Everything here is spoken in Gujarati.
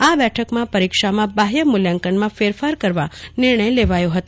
આ બેઠકમાં પરીક્ષામાં બાહ્ય મૂલ્યાંકનમાં ફેરફાર કરવા નિર્ણય લેવાયો હતો